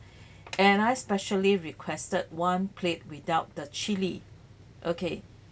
and I specially requested one plate without the chili okay